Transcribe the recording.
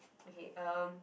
okay um